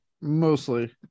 Mostly